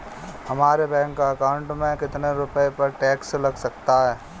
हमारे bank account में कितने रुपये पर टैक्स लग सकता है?